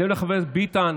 אני אדבר לחבר הכנסת ביטן,